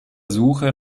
suche